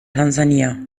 tansania